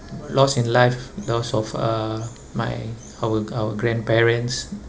loss in life loss of uh my our our grandparents